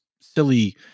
silly